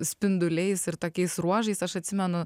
spinduliais ir tokiais ruožais aš atsimenu